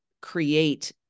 create